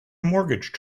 mortgage